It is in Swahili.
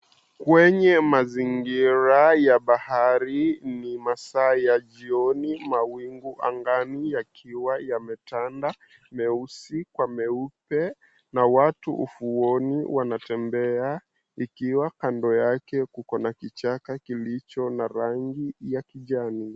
Kwenye mazingira ya bahari, ni masaa ya jioni. Mawingu angani yakiwa yametanda, meusi kwa meupe. Na watu ufuoni wanatembea, ikiwa kando yake kuko na kichaka kilicho na rangi ya kijani.